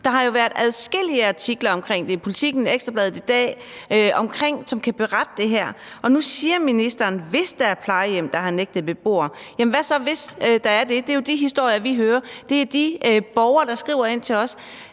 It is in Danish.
Der har været adskillige artikler, bl.a. i Politiken og i Ekstra Bladet i dag, som kan berette om det her. Og nu siger ministeren: Hvis der er plejehjem, der har nægtet beboere det her – jamen hvad så, hvis der er det? Det er jo de historier, vi hører. Det er de borgere, der skriver ind til os.